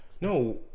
no